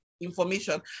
information